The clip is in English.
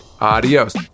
Adios